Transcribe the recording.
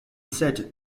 set